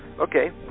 Okay